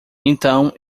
então